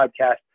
podcast